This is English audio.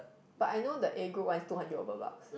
but I know the A group one is two hundred over bucks